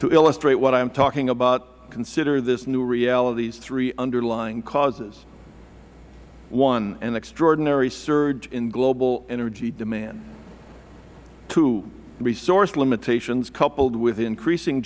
to illustrate what i am talking about consider this new reality's three underlying causes one an extraordinary surge in global energy demand two resource limitations coupled with increasing